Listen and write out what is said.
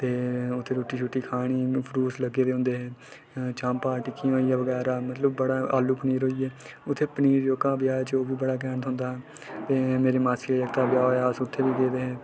ते उत्थै रुट्टी शुट्टी खानी उत्थै फलूस लग्गे दे होंदे चांपां टिक्कियां बगैरा मतलब बड़ा आलू पनीर होई गेआ उत्थै पनीर जोह्का ब्याह् च ओह् बी बड़ा कैंट होंदा ते मेरे मासी जेह्का ब्याह् होआ अस उत्थै बी गै दे हे